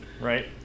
right